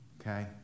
Okay